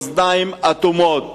אוזניים אטומות.